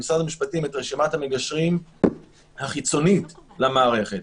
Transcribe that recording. משרד המשפטים את רשימת המגשרים החיצונית למערכת.